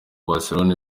barcelona